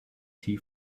tea